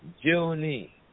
journey